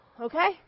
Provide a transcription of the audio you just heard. Okay